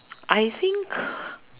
I think